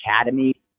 academy